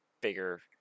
bigger